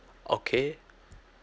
okay